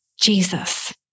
Jesus